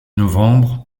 novembre